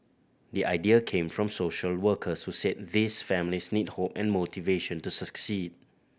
the idea came from social workers who said these families need hope and motivation to succeed